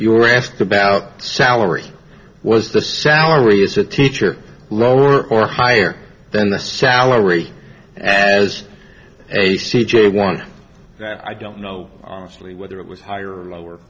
you were asked about salary was the salary is a teacher lower or higher than the salary as a c j one that i don't know honestly whether it was higher or lower